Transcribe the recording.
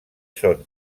són